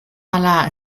ala